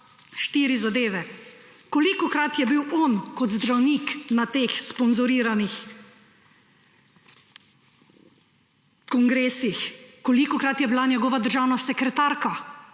štiri zadeve: kolikokrat je bil on kot zdravnik na teh sponzoriranih kongresih, kolikokrat je bila njegova državna sekretarka